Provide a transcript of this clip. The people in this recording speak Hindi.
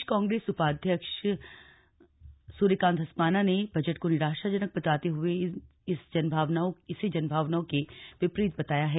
प्रदेश कांग्रेस उपाध्यक्ष सूर्यकांत धस्माना ने बजट को निराशाजनक बताते हुए इस जनभावनाओं के विपरीत बताया है